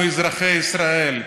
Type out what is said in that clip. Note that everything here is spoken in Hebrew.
בישראל.